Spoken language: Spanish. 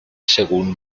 según